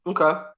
Okay